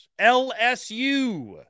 LSU